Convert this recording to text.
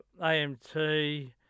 AMT